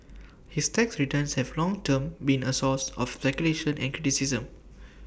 his tax returns have long turn been A source of speculation and criticism